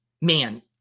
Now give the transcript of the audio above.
Man